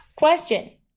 Question